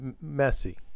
messy